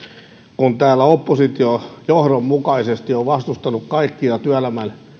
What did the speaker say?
kun täällä oppositio johdonmukaisesti on vastustanut kaikkia työelämän